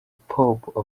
popo